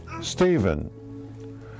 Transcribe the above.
Stephen